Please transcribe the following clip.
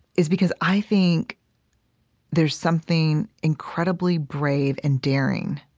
is because i think there's something incredibly brave and daring